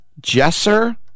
Jesser